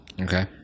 Okay